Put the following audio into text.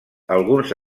alguns